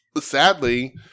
sadly